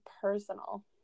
personal